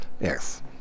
Yes